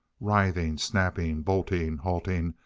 writhing, snapping, bolting, halting,